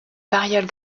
variole